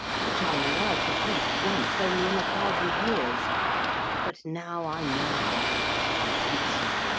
which i am allowed to preach once only in a thousand years but now i know not how to con vince you.